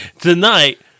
Tonight